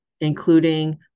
including